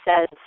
says